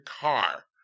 car